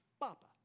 Papa